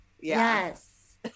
Yes